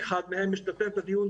אחד מהם משתתף בדיון,